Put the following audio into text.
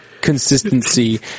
consistency